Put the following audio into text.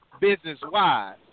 business-wise